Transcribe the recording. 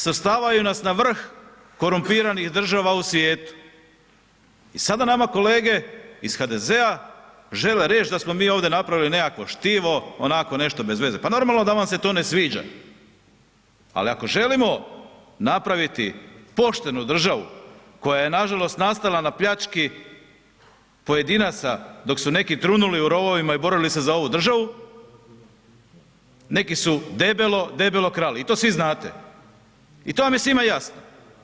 Svrstavaju nas na vrh korumpiranih država u svijetu i sada nama kolege iz HDZ-a žele reć da smo mi ovdje napravili nekakvo štivo, onako nešto bez veze, pa normalno da vam se to ne sviđa, ali ako želimo napraviti poštenu državu koja je nažalost nastala na pljački pojedinaca dok su neki trunuli u rovovima i borili se za ovu državu, neki su debelo, debelo krali i to svi znate i to vam je svima jasno.